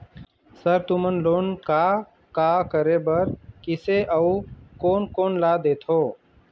Sir तुमन loan का का करें बर, किसे अउ कोन कोन ला देथों?